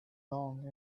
long